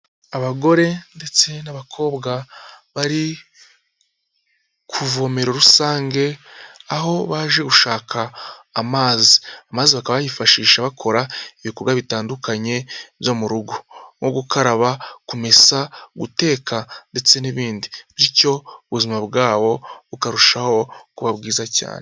Abagore ndetse n'abakobwa bari ku ivomera rusange aho baje gushaka amazi, amazi bakaba bayifashisha bakora ibikorwa bitandukanye byo mu rugo, nko gukaraba, kumesa, guteka, ndetse n'ibindi, bityo ubuzima bwabo bukarushaho kuba bwiza cyane.